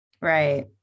Right